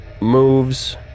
moves